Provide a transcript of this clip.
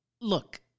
Look